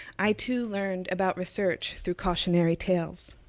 i, too, learned about research through cautionary tales.